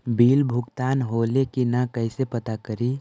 Bill भुगतान होले की न कैसे पता करी?